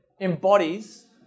embodies